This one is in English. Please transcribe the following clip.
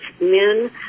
men